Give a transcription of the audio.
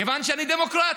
כיוון שאני דמוקרט.